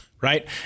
right